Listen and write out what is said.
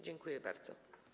Dziękuję bardzo.